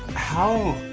how